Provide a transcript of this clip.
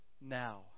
now